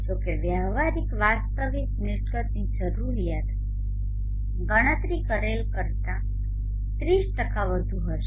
જો કે વ્યવહારિક વાસ્તવિક મિલકતની જરૂરીયાત ગણતરી કરેલ કરતાં 30 વધુ હશે